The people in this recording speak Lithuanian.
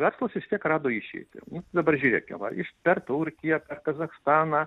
verslas vis tiek rado išeitį dabar žiūrėkim va iš per turkiją per kazachstaną